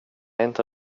inte